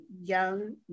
young